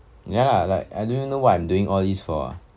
ya lah like I don't even know what I'm doing all these for ah